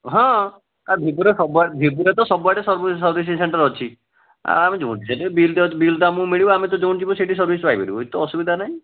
ହଁ ଭିବୋରେ ସବୁଆଡ଼େ ଭିବୋରେ ତ ସବୁଆଡ଼େ ସବୁ ସର୍ଭିସିଂ ସେଣ୍ଟର ଅଛି ବିଲ୍ଟା ଆମକୁ ମିଳିବ ଆମେ ତ ଯେଉଁଠି ଯିବୁ ସେଇଠି ସର୍ଭିସ୍ ପାଇପାରିବୁ କିଛି ତ ଅସୁବିଧା ନାହିଁ